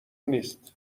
نیست